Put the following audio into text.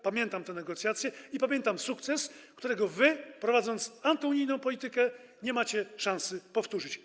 Pamiętam te negocjacje i pamiętam sukces, którego wy, prowadząc antyunijną politykę, nie macie szansy powtórzyć.